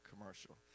commercial